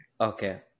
Okay